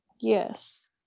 Yes